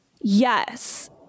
yes